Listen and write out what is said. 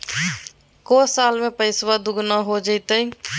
को साल में पैसबा दुगना हो जयते?